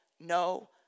No